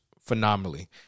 phenomenally